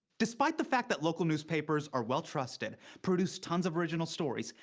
despite the fact that local newspapers are well-trusted, produce tons of original stories,